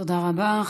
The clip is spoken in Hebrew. תודה רבה.